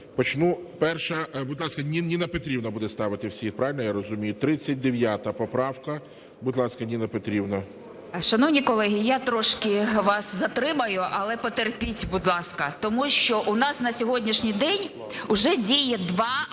Почну. Перша, будь ласка. Ніна Петрівна буде ставити всі, правильно я розумію? 39 поправка. Будь ласка, Ніна Петрівна. 12:38:17 ЮЖАНІНА Н.П. Шановні колеги, я трішки вас затримаю, але потерпіть, будь ласка. Тому що у нас на сьогоднішній день вже діє два